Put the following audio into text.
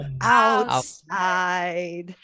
outside